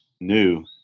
new